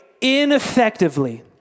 ineffectively